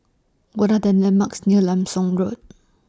What Are The landmarks near Leong SAM Road